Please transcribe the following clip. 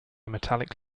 metallic